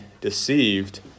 deceived